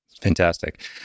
Fantastic